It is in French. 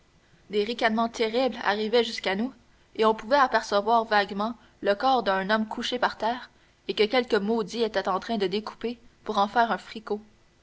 des ricanements terribles arrivaient jusqu'à nous et on pouvait apercevoir vaguement le corps d'un homme couché par terre et que quelques maudits étaient en train de découper pour en faire un fricot